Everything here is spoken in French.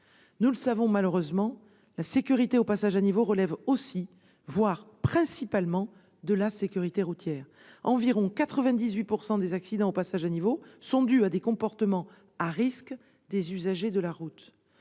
sécurisation. Malheureusement, la sécurité aux passages à niveau relève aussi, voire principalement, de la sécurité routière : environ 98 % des accidents aux passages à niveau sont dus à des comportements à risque des usagers de la route.